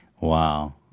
Wow